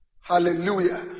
Hallelujah